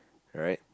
alright